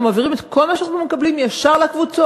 אנחנו מעבירים את כל מה שאנחנו מקבלים ישר לקבוצות.